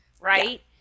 Right